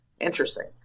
Interesting